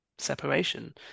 separation